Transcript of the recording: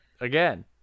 again